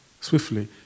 Swiftly